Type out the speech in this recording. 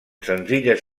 senzilles